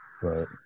Right